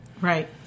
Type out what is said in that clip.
Right